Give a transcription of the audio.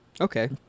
Okay